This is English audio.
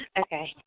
Okay